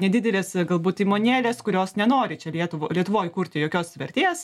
nedidelės galbūt įmonėlės kurios nenori čia lietuv lietuvoj kurti jokios vertės